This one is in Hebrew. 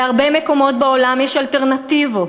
בהרבה מקומות בעולם יש אלטרנטיבות,